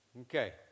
Okay